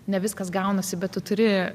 ne viskas gaunasi bet tu turi